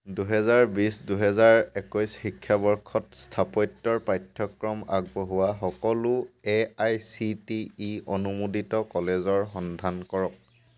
দুহেজাৰ বিছ দুহেজাৰ একৈছ শিক্ষাবৰ্ষত স্থাপত্যৰ পাঠ্যক্ৰম আগবঢ়োৱা সকলো এআইচিটিই অনুমোদিত কলেজৰ সন্ধান কৰক